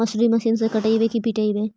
मसुरी मशिन से कटइयै कि पिटबै?